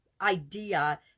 idea